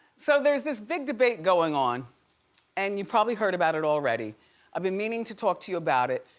so there's this big debate going on and you probably heard about it already. i've been meaning to talk to you about it.